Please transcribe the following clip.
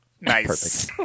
Nice